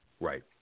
Right